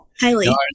Highly